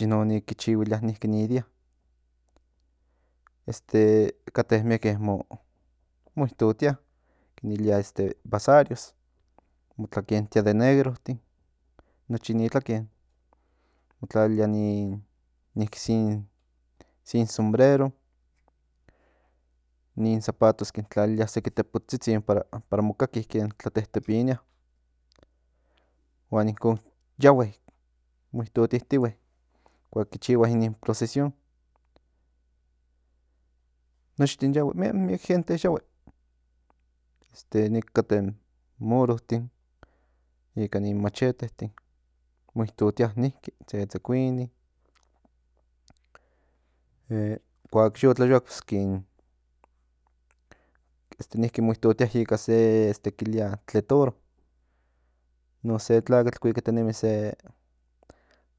Yin onic ki chilhuilia niki in ni día kate mieke mo itotia kin ilia basarios mo tlakentia de tliliki nochi in ni tlaken mo tlalilia niki se in sombrero nin zapatotin kin tlalilia seki tepotstsitsin para mo kaki ken tlatetepinia huan inkon yahue mo itotitihue kuak ki chihua non procesión nochtin yahue miek gente yahue niki kate in morotin ika nin machetetin mo itotia niki tsetsekuini kuak yo tlayoak kin niki mo itotia ika se kilia tletoro innon se tlakatl kuikatinemi